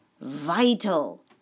Vital